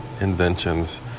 inventions